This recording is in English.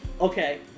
Okay